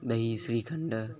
दही श्रीखंड